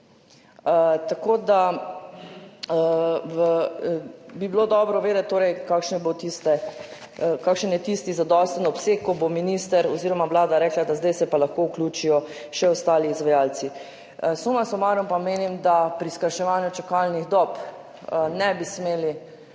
Tako da bi bilo dobro vedeti torej kakšen je tisti zadosten obseg, ko bo minister oziroma Vlada rekla, da zdaj se pa lahko vključijo še ostali izvajalci. Suma sumarum pa menim, da pri skrajševanju čakalnih dob ne bi smeli